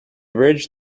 bridge